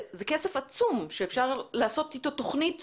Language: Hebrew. זה כסף עצום, שאפשר לעשות איתו תוכנית